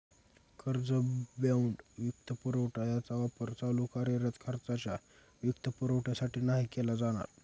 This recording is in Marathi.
कर्ज, बाँड, वित्तपुरवठा यांचा वापर चालू कार्यरत खर्चाच्या वित्तपुरवठ्यासाठी नाही केला जाणार